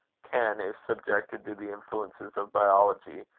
can, if subjected to the influences of biology,